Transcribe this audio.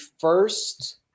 first